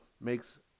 makes